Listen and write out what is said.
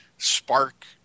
Spark